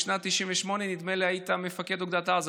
בשנת 1998 נדמה לי שהיית מפקד אוגדת עזה.